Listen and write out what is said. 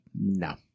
no